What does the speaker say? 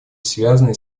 связанной